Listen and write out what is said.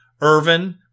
Irvin